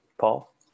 Paul